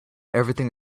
everything